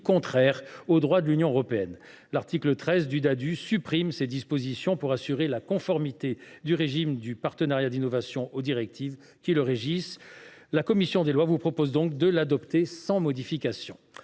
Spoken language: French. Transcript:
contraire au droit de l’Union européenne. L’article 13 du présent texte supprime donc cette disposition, pour assurer la conformité du régime du partenariat d’innovation aux directives qui le régissent. La commission des lois vous propose de l’adopter sans modification.